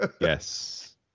Yes